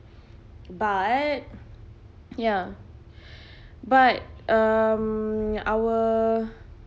but ya but um our